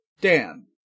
Dan